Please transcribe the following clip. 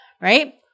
right